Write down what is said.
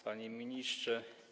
Panie Ministrze!